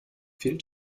fehlt